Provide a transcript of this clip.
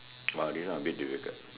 !wah! this one a bit difficult